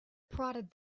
prodded